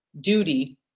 duty